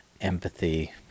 empathy